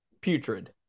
putrid